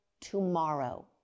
tomorrow